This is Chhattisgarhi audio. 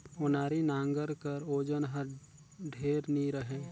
ओनारी नांगर कर ओजन हर ढेर नी रहें